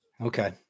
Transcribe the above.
Okay